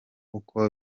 uko